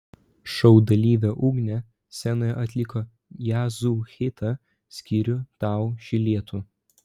šou dalyvė ugnė scenoje atliko jazzu hitą skiriu tau šį lietų